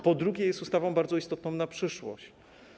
Po drugie, jest to ustawa bardzo istotna na przyszłość.